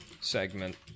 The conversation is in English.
segment